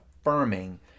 affirming